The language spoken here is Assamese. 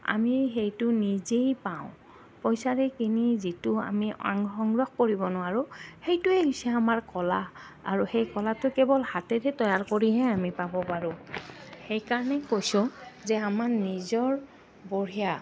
আমি সেইটো নিজেই পাওঁ পইচাৰে কিনি যিটো আমি সংগ্ৰহ কৰিব নোৱাৰোঁ সেইটোৱেই হৈছে আমাৰ কলা আৰু সেই কলাটো কেৱল হাতেৰে তৈয়াৰ কৰিহে আমি পাব পাৰোঁ সেইকাৰণে কৈছোঁ যে আমাৰ নিজৰ বঢ়িয়া